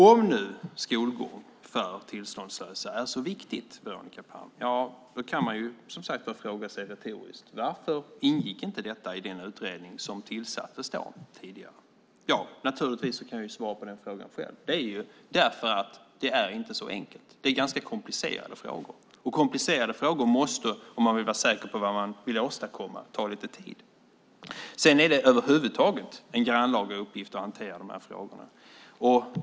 Om nu skolgång för tillståndslösa är så viktigt, Veronica Palm, kan man retoriskt fråga sig: Varför ingick inte detta i den utredning som tillsattes tidigare? Naturligtvis kan jag svara på den frågan själv. Det beror på att det inte är så enkelt. Det är ganska komplicerade frågor. Komplicerade frågor måste, om man vill vara säker på vad man åstadkommer, få ta lite tid. Över huvud taget är det en grannlaga uppgift att hantera de här frågorna.